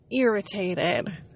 irritated